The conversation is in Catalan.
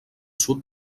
sud